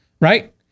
Right